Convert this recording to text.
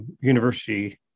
university